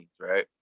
right